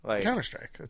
Counter-Strike